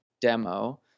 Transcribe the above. demo